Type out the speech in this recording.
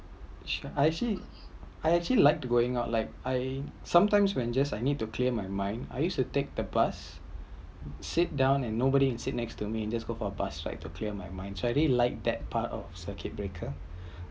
I actually I actually like to going out like I sometimes when just I need to clear my mind I use to take the bus sit down and nobody sit next to me just go for a bus ride to clear my mind so I did like that part of circuit breaker